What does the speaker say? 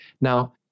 Now